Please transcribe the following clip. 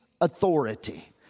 authority